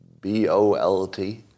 B-O-L-T